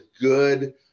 good